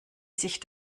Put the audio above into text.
sich